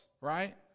Right